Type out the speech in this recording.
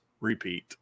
repeat